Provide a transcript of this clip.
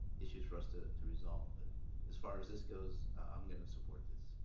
issues for us to to resolve. but as far as this goes, i'm going to support this.